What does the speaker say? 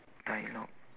dialogue